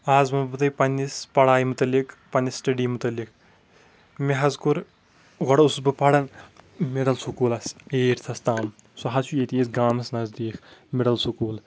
آز ونہٕ بہٕ تۄہہِ پننس پڑایہِ مُتعلِق پننہِ سٹَڈی مُتعلِق مےٚ حظ کوٚر گۄڑٕ اوسُس بہٕ پران مِڈل سکوٗلس ایٹتھس تام سُہ حظ چھُ ییٚتی اسہِ گامس نزدیٖک مِڈل سکوٗل